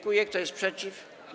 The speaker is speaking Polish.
Kto jest przeciw?